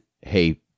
hey